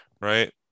Right